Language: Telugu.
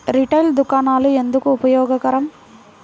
రిటైల్ దుకాణాలు ఎందుకు ఉపయోగకరం?